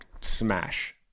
smash